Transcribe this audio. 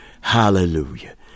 Hallelujah